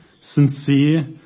sincere